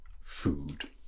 food